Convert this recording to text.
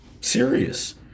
serious